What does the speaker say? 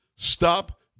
stop